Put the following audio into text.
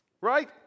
right